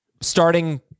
starting